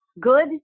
good